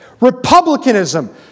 republicanism